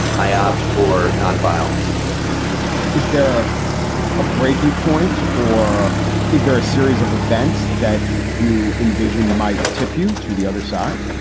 i opt for nonviolence is there a breaking point or is there a series of events that you envision might tip you to the other side?